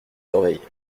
surveillent